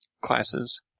classes